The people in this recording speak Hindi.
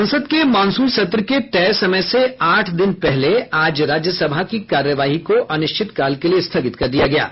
संसद के मॉनसून सत्र के तय समय से आठ दिन पहले आज राज्यसभा की कार्यवाही को अनिश्चित काल के लिए स्थगित कर दिया गया है